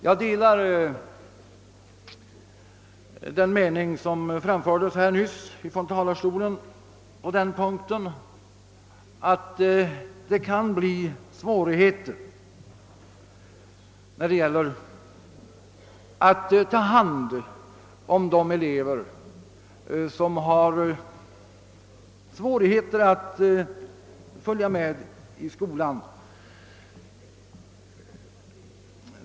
Jag delar den mening, som nyss från talarstolen framfördes på denna punkt, nämligen att det inte blir lätt att ta hand om de elever, som har svårigheter att följa med i skolan.